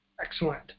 Excellent